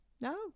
No